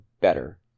better